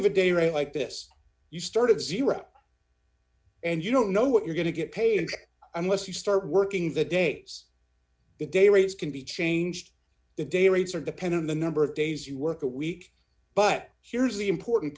of a day like this you start of zero and you don't know what you're going to get paid unless you start working the days day rates can be changed the day rates are depending on the number of days you work a week but here's the important